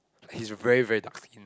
he's very very dark skin